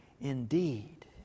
indeed